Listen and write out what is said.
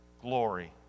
Glory